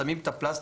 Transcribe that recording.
סמים את הפלסטיק,